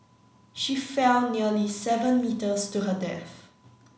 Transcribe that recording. she fell nearly seven metres to her death